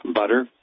butter